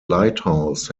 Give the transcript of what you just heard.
lighthouse